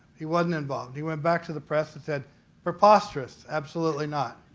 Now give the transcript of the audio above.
he wasn't involved. he went back to the press and said preposterous, absolutely not.